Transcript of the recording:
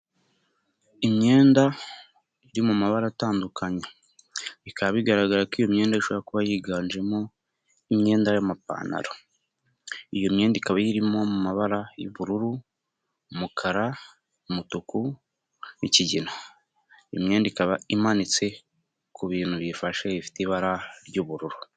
Imyenda iri mu mabara atandukanye, bikaba bigaragara ko iyo myenda ishobora kuba yiganjemo imyenda y'amapantaro, iyo myenda ikaba irimo mu mabara y'ubururu, umukara, umutuku w'ikigina, imyenda ikaba imanitse ku bintu biyifashe bifite ibara ry'ubururu.